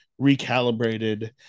recalibrated